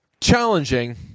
challenging